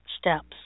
steps